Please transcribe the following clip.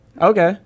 Okay